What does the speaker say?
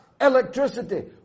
electricity